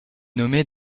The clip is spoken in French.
nommé